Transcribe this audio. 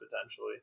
potentially